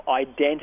identity